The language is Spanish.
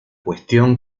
cuestión